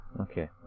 Okay